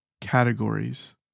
categories